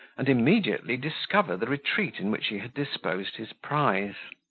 and immediately discover the retreat in which he had disposed his prize.